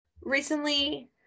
Recently